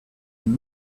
and